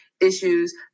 issues